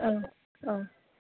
औ